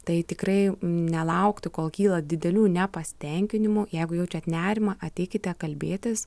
tai tikrai nelaukti kol kyla didelių nepasitenkinimų jeigu jaučiat nerimą ateikite kalbėtis